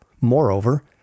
Moreover